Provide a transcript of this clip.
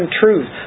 truth